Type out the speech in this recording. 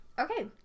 Okay